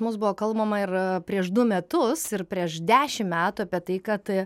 mus buvo kalbama ir prieš du metus ir prieš dešimt metų apie tai kad